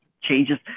changes